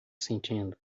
sentindo